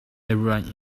everyone